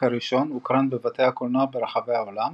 הראשון הוקרן בבתי הקולנוע ברחבי העולם